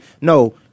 No